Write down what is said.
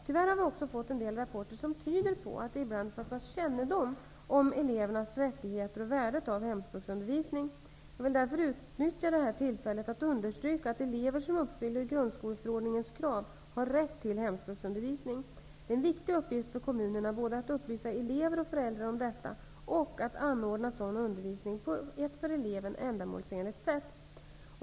Tyvärr har vi också fått en del rapporter som tyder på att det ibland saknas kännedom om elevernas rättigheter och värdet av hemspråksundervisning. Jag vill därför utnyttja detta tillfälle att understryka att elever som uppfyller grundskoleförordningens krav har rätt till hemspråksundervisning. Det är en viktig uppgift för kommunerna både att upplysa elever och föräldrar om detta och att anordna sådan undervisning på ett för eleven ändamålsenligt sätt.